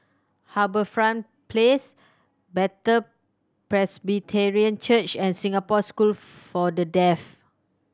HarbourFront Place Bethel Presbyterian Church and Singapore School for The Deaf